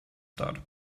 start